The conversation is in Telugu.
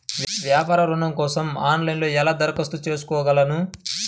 వ్యాపార ఋణం కోసం ఆన్లైన్లో ఎలా దరఖాస్తు చేసుకోగలను?